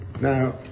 Now